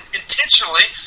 intentionally